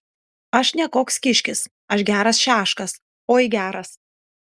aš ne koks kiškis aš geras šeškas oi geras